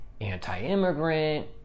anti-immigrant